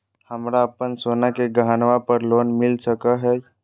हमरा अप्पन सोने के गहनबा पर लोन मिल सको हइ?